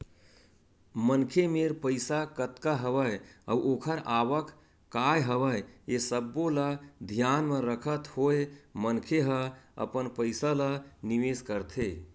मनखे मेर पइसा कतका हवय अउ ओखर आवक काय हवय ये सब्बो ल धियान म रखत होय मनखे ह अपन पइसा ल निवेस करथे